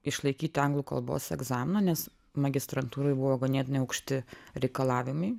išlaikyti anglų kalbos egzamino nes magistrantūroj buvo ganėtinai aukšti reikalavimai